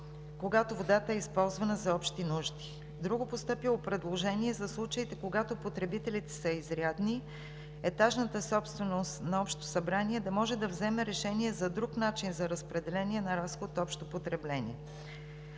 когато водата е използвана за общи нужди. Друго постъпило предложение – за случаите, когато потребителите са изрядни и етажната собственост на Общо събрание да може да вземе решение за друг начин за разпределение на разход общо потребление: